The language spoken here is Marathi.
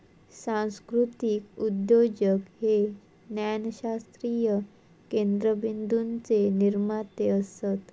सांस्कृतीक उद्योजक हे ज्ञानशास्त्रीय केंद्रबिंदूचे निर्माते असत